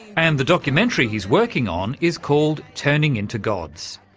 and the documentary he's working on is called turning into gods.